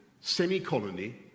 semi-colony